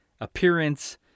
appearance